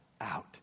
out